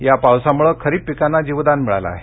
या पावसामुळ खरीप पिकांना जीवदान मिळालं आहे